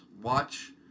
watch